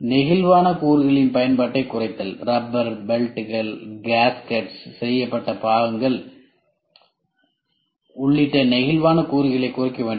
நெகிழ்வான கூறுகளின் பயன்பாட்டைக் குறைத்தல் ரப்பர் பெல்ட்கள் கேஸ்கெட்டால் செய்யப்பட்ட பாகங்கள் உள்ளிட்ட நெகிழ்வான கூறுகளைக் குறைக்க வேண்டும்